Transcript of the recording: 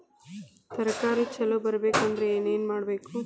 ತರಕಾರಿ ಛಲೋ ಬರ್ಬೆಕ್ ಅಂದ್ರ್ ಏನು ಮಾಡ್ಬೇಕ್?